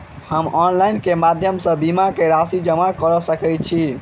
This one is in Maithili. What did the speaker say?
हम ऑनलाइन केँ माध्यम सँ बीमा केँ राशि जमा कऽ सकैत छी?